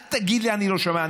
אל תגיד לי אני לא שומע.